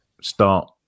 start